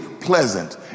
pleasant